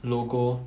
logo